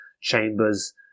Chambers